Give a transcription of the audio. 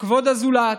וכבוד הזולת.